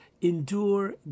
endure